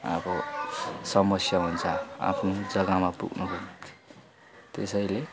अब समस्या हुन्छ आफ्नो जग्गामा पुग्नको निम्ति त्यसैले